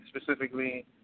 specifically